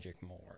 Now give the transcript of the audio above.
more